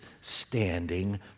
standing